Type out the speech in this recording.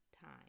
time